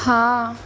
हँ